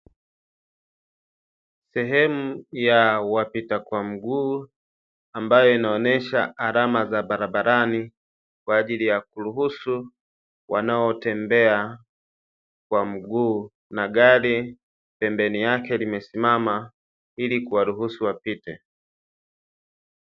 Sehemu ya wapita kwa mguu ambayo inaonesha alama za barabarani, kwa ajili ya kuruhusu wanaotembea kwa mguu, na gari pembeni yake limesimama ili kuwaruhusu wapite.